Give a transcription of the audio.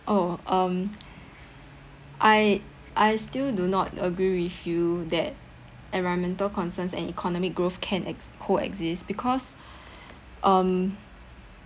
oh um I I still do not agree with you that environmental concerns and economic growth can ex~ co-exist because um